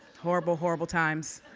horrible horrible times,